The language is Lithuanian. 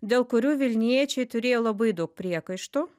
dėl kurių vilniečiai turėjo labai daug priekaištų